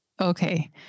Okay